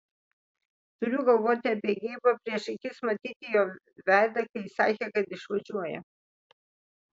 turiu galvoti apie geibą prieš akis matyti jo veidą kai sakė kad išvažiuoja